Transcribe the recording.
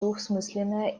двусмысленные